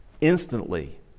instantly